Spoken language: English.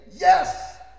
yes